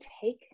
take